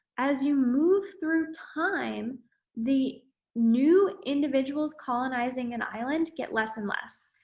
as you move through time the new individuals colonizing an island get less and less.